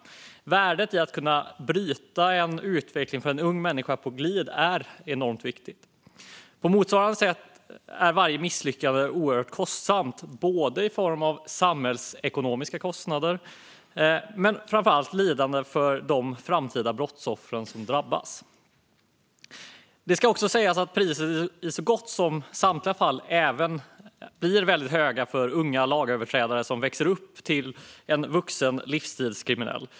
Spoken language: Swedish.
Att kunna bryta en utveckling för en ung människa på glid är enormt viktigt. På motsvarande sätt är varje misslyckande oerhört kostsamt, i form av samhällsekonomiska kostnader men framför allt i form av lidande för de framtida brottsoffer som drabbas. Det ska också sägas att priset i så gott som samtliga fall även blir väldigt högt för den unga lagöverträdare som växer upp till att bli en vuxen livsstilskriminell.